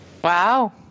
Wow